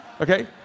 Okay